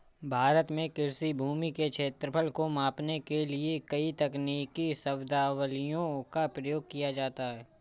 भारत में कृषि भूमि के क्षेत्रफल को मापने के लिए कई तकनीकी शब्दावलियों का प्रयोग किया जाता है